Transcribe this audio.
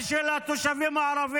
הקרקע היא של התושבים הערבים.